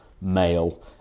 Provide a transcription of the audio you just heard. male